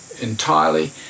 entirely